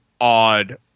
odd